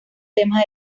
temas